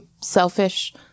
selfish